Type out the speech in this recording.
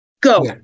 go